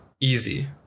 Easy